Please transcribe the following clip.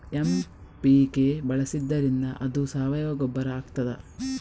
MPK ಬಳಸಿದ್ದರಿಂದ ಅದು ಸಾವಯವ ಗೊಬ್ಬರ ಆಗ್ತದ?